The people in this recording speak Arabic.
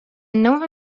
النوع